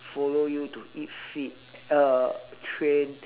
follow you to eat fit uh train